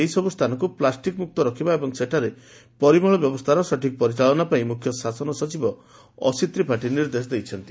ଏହିସବୁ ସ୍ଥାନକୁ ପ୍ଲାଷ୍ଟିକ୍ମୁକ୍ତ ରଖିବା ଏବଂ ସେଠାରେ ପରିମଳ ବ୍ୟବସ୍ଥାର ସଠିକ୍ ପରିଚାଳନା ପାଇଁ ମୁଖ୍ୟ ଶାସନ ସଚିବ ଅଶିତ୍ ତ୍ରିପାଠୀ ନିର୍ଦ୍ଦେଶ ଦେଇଛନ୍ତି